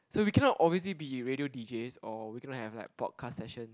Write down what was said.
so we cannot obviously be radio D_Js or we cannot have like podcasts session